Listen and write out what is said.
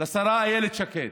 ולשרה אילת שקד,